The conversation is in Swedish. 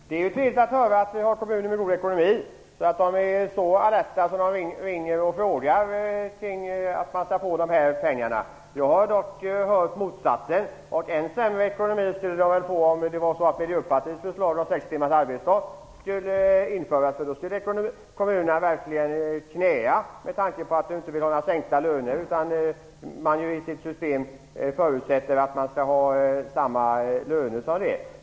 Herr talman! Det är trevligt att höra att vi har kommuner med god ekonomi och att de är så alerta att de ringer och frågar för att passa på de här pengarna. Jag har dock hört motsatsen. Än sämre ekonomi skulle de väl få om Miljöpartiets förslag om sex timmars arbetsdag skulle införas. Då skulle kommunerna verkligen knäa, med tanke på att Miljöpartiet inte vill ha några sänkta löner. I sitt system förutsätter man att lönerna skall vara som de är.